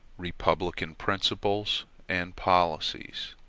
republican principles and policies